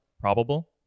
probable